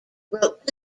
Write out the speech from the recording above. wrote